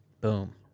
boom